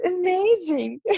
amazing